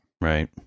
Right